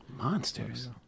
monsters